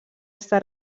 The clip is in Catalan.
estat